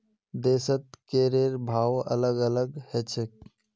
देशत करेर भाव अलग अलग ह छेक